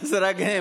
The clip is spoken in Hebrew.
זה רק הם.